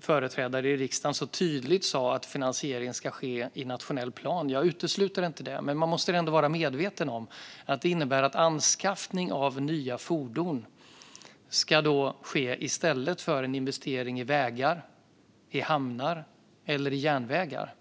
företrädare i riksdagen så tydligt sa att finansieringen ska ske i nationell plan. Jag utesluter inte att det blir så, men man måste vara medveten om att det innebär att anskaffning av nya fordon ska ske i stället för en investering i vägar, hamnar eller järnvägar.